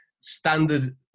Standard